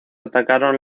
atacaron